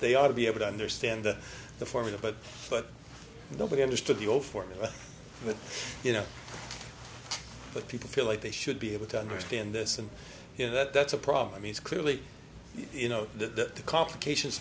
they ought to be able to understand the formula but but nobody understood the old formula but you know what people feel like they should be able to understand this and you know that that's a problem is clearly you know the complications